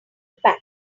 pack